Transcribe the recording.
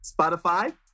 Spotify